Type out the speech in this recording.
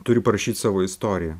turi parašyt savo istoriją